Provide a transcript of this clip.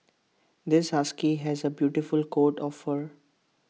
this husky has A beautiful coat of fur